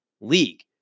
league